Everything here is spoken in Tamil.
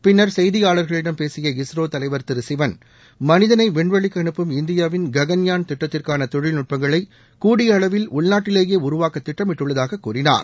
பின்னர் செய்தியாளர்களிடம் பேசிய இஸ்ரோ தலைவர் திருசிவன் மனிதனைவிண்வெளிக்குஅனுப்பும் இந்தியாவின் ககன்யான் திட்டத்திற்கானதொழில்நுட்பங்களை கூடிய அளவில் உள்நாட்டிலேயேஉருவாக்கதிட்டமிட்டுள்ளதாகக் கூறினார்